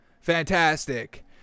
Fantastic